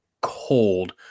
cold